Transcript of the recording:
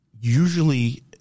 usually